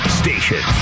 station